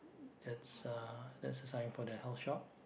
that's uh that's a sign for the health shop